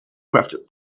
crafted